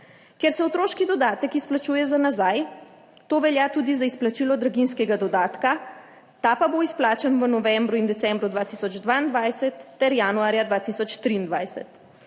Ker se otroški dodatek izplačuje za nazaj, to velja tudi za izplačilo draginjskega dodatka, ta pa bo izplačan v novembru in decembru 2022 ter januarja 2023.